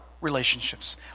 relationships